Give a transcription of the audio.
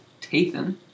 Tathan